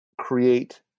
create